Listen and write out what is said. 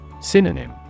Synonym